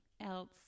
else